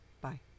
Bye